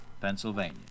Pennsylvania